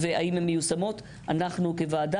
אלה מצלמות שמכוונות על השלטים.